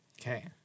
Okay